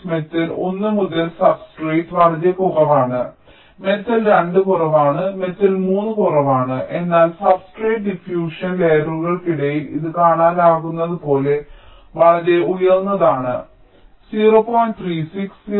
058 metal 1 മുതൽ substrate വരെ കുറവാണ് മെറ്റൽ 2 കുറവാണ് മെറ്റൽ 3 കുറവാണ് എന്നാൽ സബ്സ്ട്രെട് ഡിഫ്യുഷൻ ലെയറുകൾക്കിടയിൽ ഇത് കാണാനാകുന്നതുപോലെ വളരെ ഉയർന്നതാണ് 0